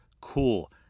cool